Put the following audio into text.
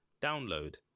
download